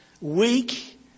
weak